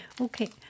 okay